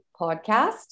Podcast